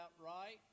right